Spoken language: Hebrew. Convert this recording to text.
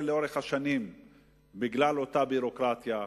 לאורך השנים בגלל אותה ביורוקרטיה,